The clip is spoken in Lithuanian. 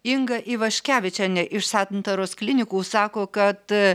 inga ivaškevičienė iš santaros klinikų sako kad